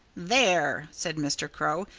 there! said mr. crow.